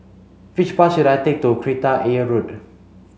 which bus should I take to Kreta Ayer Road